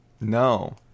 No